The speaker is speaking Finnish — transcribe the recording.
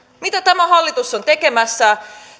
mitä tämä hallitus on tekemässä